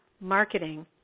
marketing